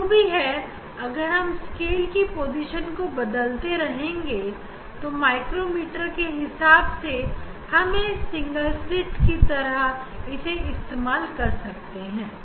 जो भी है अगर हम स्केल की पोजीशन को बदलते रहेंगे माइक्रोमीटर के हिसाब से तो हम सिंगल स्लिट की तरह इसे इस्तेमाल कर सकते हैं